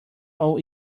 all